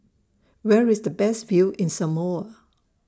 Where IS The Best View in Samoa